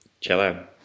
Cello